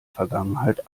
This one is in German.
vergangenheit